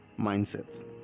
mindset